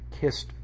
kissed